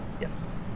Yes